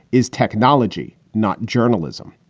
is technology not journalism?